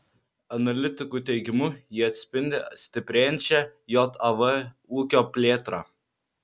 analitikų teigimu jie atspindi stiprėjančią jav ūkio plėtrą